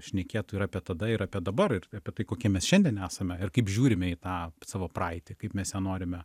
šnekėtų ir apie tada ir apie dabar ir apie tai kokie mes šiandien esame ir kaip žiūrime į tą savo praeitį kaip mes ją norime